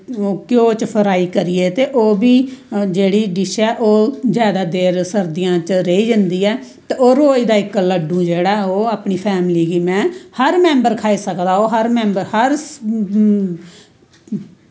ते ओह् ध्यो च फ्राई करियै ते ओह्बी जेह्ड़ी डिश ऐ ओह् जादा देर सर्दियें च रेही जंदी ऐ ते ओह् रोज दा इक लड्डू जेह्ड़ा ऐ ओह् अपनी फैमली गी मेैं हर मैंमर खाई सकदा ओह् हर मैंमबर हर